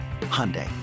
Hyundai